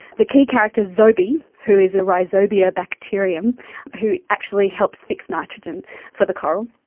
the key character is zobi who is a rhizobia bacterium who actually helps fix nitrogen for the coral,